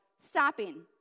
stopping